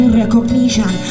recognition